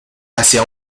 hacia